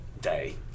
day